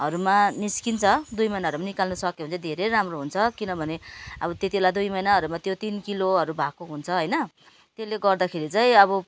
हरूमा निस्कन्छ दुई महिनाहरू निकाल्नु सक्यो भने चाहिँ धेरै राम्रो हुन्छ किनभने अब त्यति बेला दुई महिनाहरूमा त्यो तिन किलोहरू भएको हुन्छ होइन त्यसले गर्दाखेरि चाहिँ अब